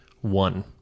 one